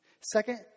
Second